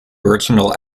original